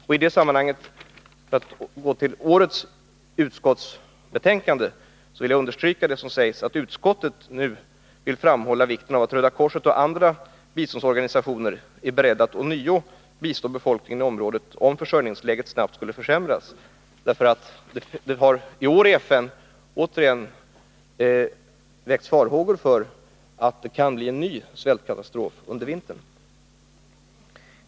För att i sammanhanget gå till årets utskottsbetänkande vill jag understryka vad som där sägs om att utskottet vill ”framhålla vikten av att Röda Korset och andra internationella biståndsorganisationer är beredda att ånyo bistå befolkningen i området om försörjningsläget snabbt skulle försämras”. Det har nämligen i år väckts farhågor i FN för att det återigen kan bli en svältkatastrof under vintern.